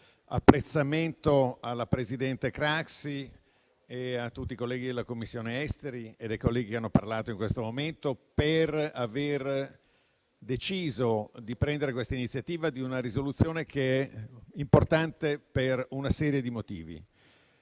apprezzamento alla presidente Craxi, a tutti i colleghi della Commissione esteri e ai colleghi che hanno parlato in questo momento, per aver assunto l'iniziativa di una risoluzione che è importante per una serie di motivi.